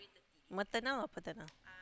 maternal or paternal